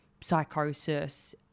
psychosis